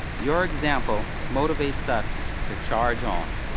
your example motivates us to charge on!